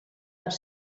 els